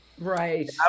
right